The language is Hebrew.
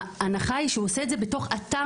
ההנחה היא שהוא עושה את זה בתוך אתר